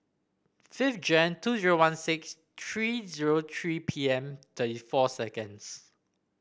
five Jan two zero one six three zero three pm thirty four seconds